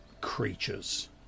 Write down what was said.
creatures